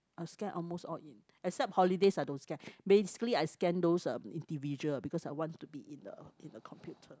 I scan almost all in except holidays I don't scan basically I scan those uh individual because I want to be in the in the computer